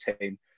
team